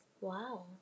Wow